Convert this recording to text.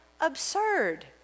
absurd